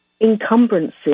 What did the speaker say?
encumbrances